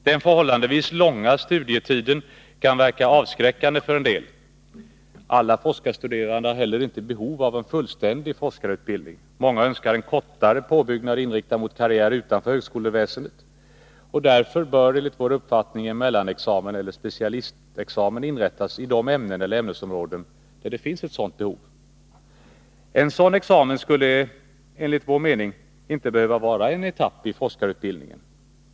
Den förhållandevis långa studietiden kan verka avskräckande för en del. Alla forskarstuderande har heller inte behov av en fullständig forskarutbildning. Många önskar en kortare påbyggnad inriktad mot karriär utanför högskoleväsendet. Därför bör enligt vår uppfattning en mellanexamen eller en specialistexamen inrättas i de ämnen eller ämnesområden där det finns ett sådant behov. En sådan examen skulle enligt vår mening inte behöva vara en etapp i foskarutbildningen.